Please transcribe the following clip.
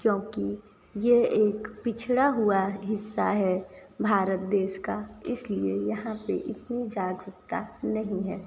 क्योंकि यह एक पिछड़ा हुआ हिस्सा है भारत देश का इसलिए यहाँ पर इतनी जागरूकता नहीं है